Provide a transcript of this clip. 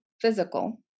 physical